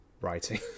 writing